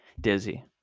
Dizzy